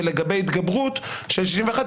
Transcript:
ולגבי התגברות של 61,